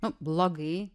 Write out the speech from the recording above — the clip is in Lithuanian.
nu blogai